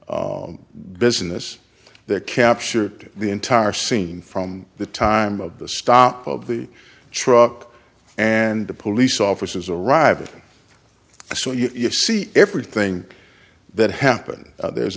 business that captured the entire scene from the time of the stop of the truck and the police officers arriving so you see everything that happened there's